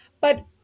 But-